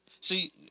See